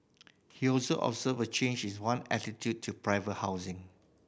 he also observed a change is one attitude to private housing